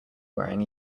wearing